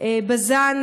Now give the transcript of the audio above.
בז"ן,